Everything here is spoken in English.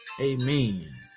amen